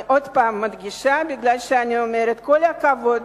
אני עוד פעם מדגישה, אני אומרת: כל הכבוד